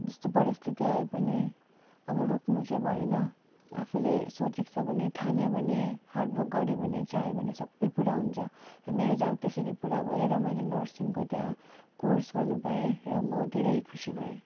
जस्तो परिस्थिति आए पनि अब रुक्नु चाहिँ भएन आफूले सोचेको छ भने ठान्यो भने हार्डवर्क गऱ्यो भने चाह्यो भने सबै कुरा हुन्छ मेरो चाहिँ अब त्यसरी पुरा भयो र मैले नर्सिङको त्यहाँ कोर्स गर्नु पाएँ र म धेरै खुसी भएँ